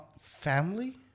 Family